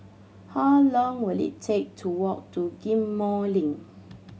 how long will it take to walk to Ghim Moh Link